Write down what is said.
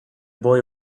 boy